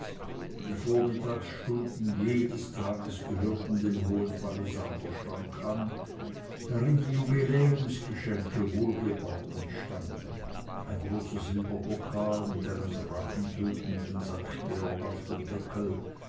die vormittagsstunden jedes tages gehörten dem hohen palisanderschrank an drin die jubiläumsgeschenke wohlgeordnet standen ein großer silberpokal mit einem drachentötenden sankt georg auf dem deckel